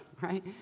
right